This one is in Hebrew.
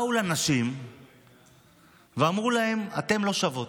באו לנשים ואמרו להן: אתן לא שוות.